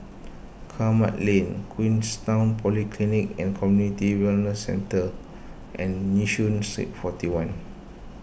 Kramat Lane Queenstown Polyclinic and Community Wellness Centre and Yishun Street forty one